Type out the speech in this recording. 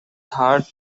third